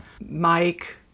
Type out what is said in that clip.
Mike